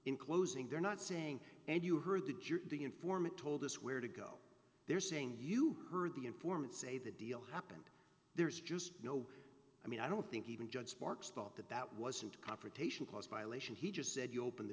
in closing they're not saying and you heard the judge the informant told us where to go they're saying you heard the informant say the deal happened there's just no i mean i don't think even judge sparks thought that that wasn't a confrontation clause violation he just said you open the